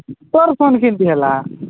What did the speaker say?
ତର୍ phone କେମିତି ହେଲା